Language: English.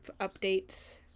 updates